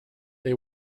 they